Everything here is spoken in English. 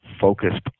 focused